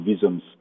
Vision's